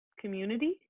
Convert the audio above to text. community